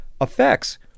effects